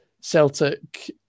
Celtic